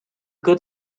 good